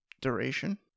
duration